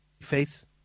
face